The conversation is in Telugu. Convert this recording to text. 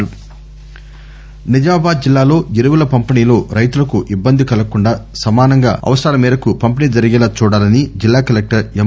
పిటిసి నల్గొండ నిజామాబాద్ ఎరువులు నిజామాబాద్ జిల్లాలో ఎరువుల పంపిణీలో రైతులకు ఇబ్బంది కలగకుండా సమానంగా అవసరాలమేరకు పంపిణీ జరిగేలా చూడాలని జిల్లా కలెక్టర్ ఎం